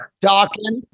Dawkins